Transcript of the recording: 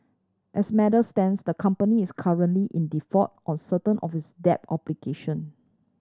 as matters stands the company is currently in default on certain of its debt obligation